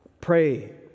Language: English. pray